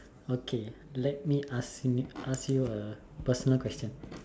okay let me ask me ask you a personal question